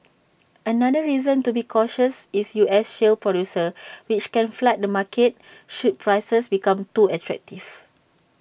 another reason to be cautious is U S shale producers which can flood the market should prices become too attractive